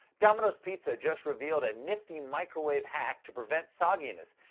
domino's pizza just revealed a nifty microwave hack to prevent sogginess,